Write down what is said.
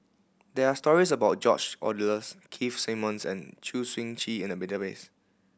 there are stories about George Oehlers Keith Simmons and Choo Seng Quee in the database